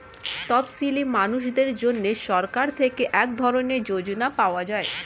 তপসীলি মানুষদের জন্য সরকার থেকে এক ধরনের যোজনা পাওয়া যায়